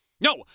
No